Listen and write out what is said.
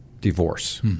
divorce